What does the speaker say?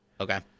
Okay